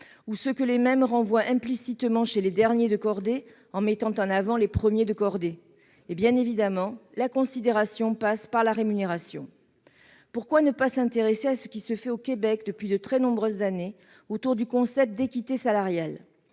ou ceux que les mêmes renvoient implicitement parmi les « derniers de cordée », en mettant en avant les « premiers de cordée ». Bien évidemment, la considération passe par la rémunération. Pourquoi ne pas s'intéresser à ce qui se fait au Québec depuis de très nombreuses années autour du concept d'équité salariale ?